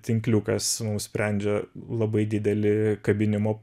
tinkliukas sprendžia labai didelį kabinimo